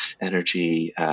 energy